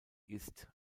ist